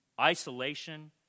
isolation